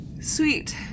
Sweet